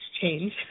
change